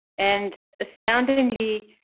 and astoundingly.